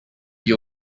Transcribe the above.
you